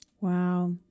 wow